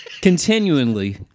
Continually